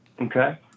Okay